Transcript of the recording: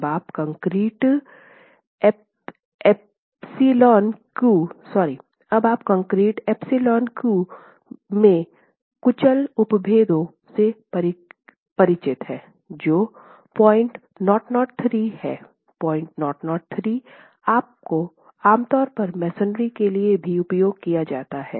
अब आप concrete epsilon Q में कुचल उपभेदों से परिचित हैं जो 0003 हैं 0003 आमतौर पर मसोनरी के लिए भी उपयोग किया जाता है